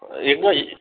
எப்போது